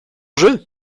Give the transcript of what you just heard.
jeu